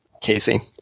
Casey